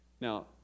Now